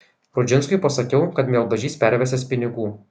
rudžinskui pasakiau kad mieldažys pervesiąs pinigų